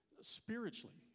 spiritually